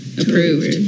approved